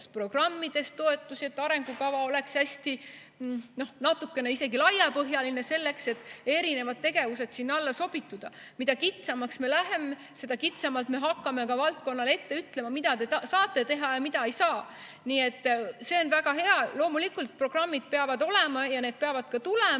programmidest toetusi, et arengukava oleks laiapõhjaline, selleks et erinevad tegevused sinna alla sobitada. Mida kitsamaks me läheme, seda kitsamalt me hakkame valdkonnale ette ütlema, mida te saate teha ja mida ei saa. Nii et see on väga hea. Loomulikult, programmid peavad olema ja need peavad ka tulema,